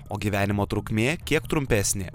o gyvenimo trukmė kiek trumpesnė